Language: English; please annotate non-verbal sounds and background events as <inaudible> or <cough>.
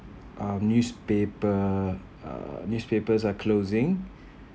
um newspaper uh newspapers are closing <breath>